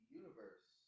universe